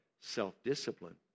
self-discipline